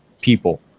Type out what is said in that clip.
people